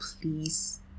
please